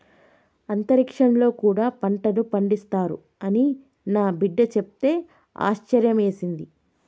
అంతరిక్షంలో కూడా పంటలు పండిస్తారు అని నా బిడ్డ చెప్తే ఆశ్యర్యమేసింది